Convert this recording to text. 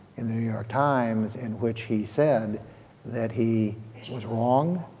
in the new york times in which he said that he was wrong,